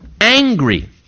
angry